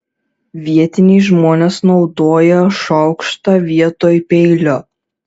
vietiniai žmonės naudoja šaukštą vietoj peilio